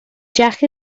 jack